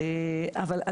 אבל,